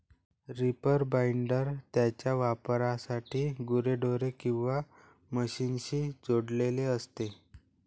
reaper binder त्याच्या वापरासाठी गुरेढोरे किंवा मशीनशी जोडलेले असते